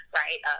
right